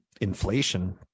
inflation